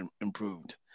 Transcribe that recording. improved